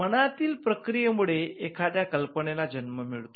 मनातील प्रक्रिया मुळे एखाद्या कल्पनेला जन्म मिळतो